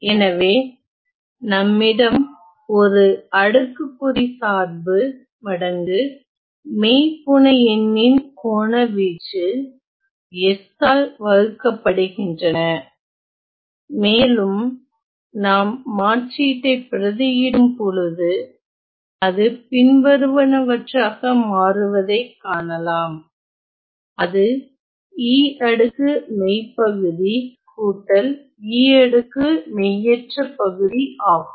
எனவே நம்மிடம் ஒரு அடுக்குக்குறி சார்பு மடங்கு மெய்புனையெண்ணின் கோணவீச்சு s ஆல் வகுக்கப்படுகின்றன மேலும் நாம் மாற்றீட்டை பிரதி இடும்பொழுது அது பின்வருவனவற்றாக மாறுவதைக் காணலாம் அது e அடுக்கு மெய் பகுதி கூட்டல் e அடுக்கு மெய்யற்ற பகுதி ஆகும்